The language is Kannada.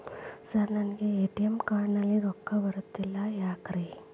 ಸರ್ ನನಗೆ ಎ.ಟಿ.ಎಂ ಕಾರ್ಡ್ ನಲ್ಲಿ ರೊಕ್ಕ ಬರತಿಲ್ಲ ಯಾಕ್ರೇ?